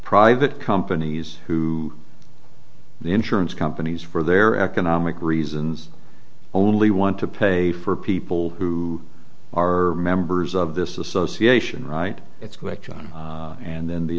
private companies who the insurance companies for their economic reasons only want to pay for people who are members of this association right it's correct and then